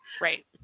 Right